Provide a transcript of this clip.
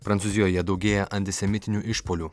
prancūzijoje daugėja antisemitinių išpuolių